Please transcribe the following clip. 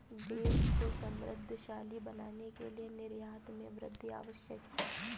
देश को समृद्धशाली बनाने के लिए निर्यात में वृद्धि आवश्यक है